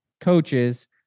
coaches